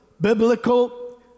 biblical